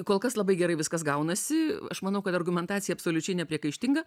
kol kas labai gerai viskas gaunasi aš manau kad argumentacija absoliučiai nepriekaištinga